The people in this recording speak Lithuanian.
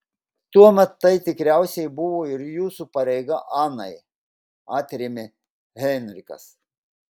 tuomet tai tikriausiai buvo ir jūsų pareiga anai atrėmė heinrichas